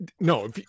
no